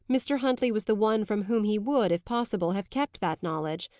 mr. huntley was the one from whom he would, if possible, have kept that knowledge,